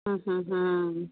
ಹ್ಞೂ ಹ್ಞೂ ಹ್ಞೂ